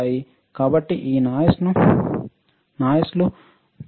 కాబట్టి ఈ నాయిస్తో మన జీవితాన్ని కష్టతరం చేయనివ్వకండి